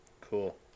Cool